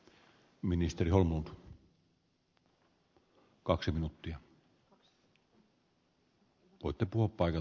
niiden pitää pysyä siellä